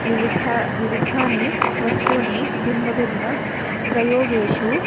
विविधा विविधानि वस्तूनि भिन्नभिन्नप्रयोगेषु